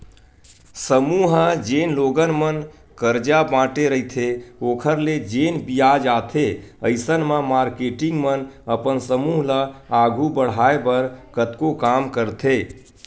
समूह ह जेन लोगन मन करजा बांटे रहिथे ओखर ले जेन बियाज आथे अइसन म मारकेटिंग मन अपन समूह ल आघू बड़हाय बर कतको काम करथे